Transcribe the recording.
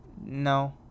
No